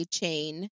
chain